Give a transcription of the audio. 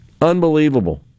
Unbelievable